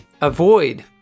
avoid